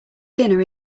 dinner